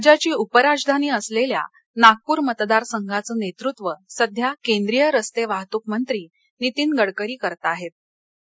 राज्याची उपराजधानी असलेल्या नागपूर मतदार संघाच नेतृत्व सध्या केंद्रीय रस्ते वाहतूक मंत्री नीतीन गडकरी करताहेत